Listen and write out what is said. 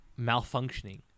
malfunctioning